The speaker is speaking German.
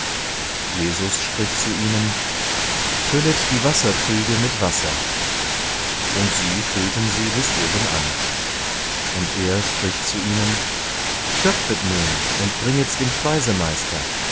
jesus spricht zu ihnen füllet die wasserkrüge mit wasser und sie füllten sie bis obenan und er spricht zu ihnen schöpfet nun und bringet's dem